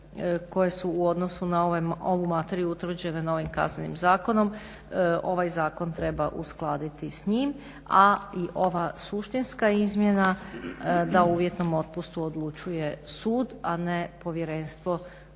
koje su u odnosu na ovu materiju utvrđene novim Kaznenim zakonom, ovaj zakon treba uskladiti s njim a i ova suštinska izmjena da o uvjetnom otpustu odlučuje sud a ne povjerenstvo